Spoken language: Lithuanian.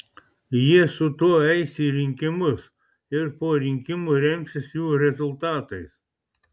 jie su tuo eis į rinkimus ir po rinkimų remsis jų rezultatais